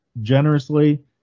generously